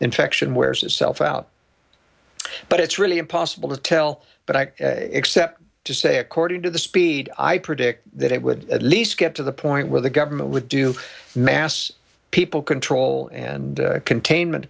infection wears itself out but it's really impossible to tell but i except to say according to the speed i predict that it would at least get to the point where the government would do mass people control and containment